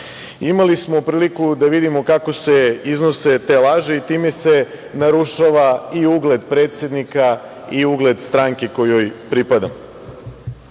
Imali smo priliku da vidimo kako se iznose te laži i time se narušava i ugled predsednika i ugled stranke kojoj pripadam. Ovde